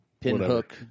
Pinhook